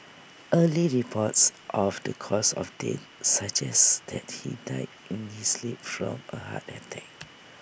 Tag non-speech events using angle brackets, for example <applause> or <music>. early reports of the cause of death suggests that he died in his sleep from A heart attack <noise>